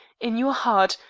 in your heart,